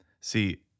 See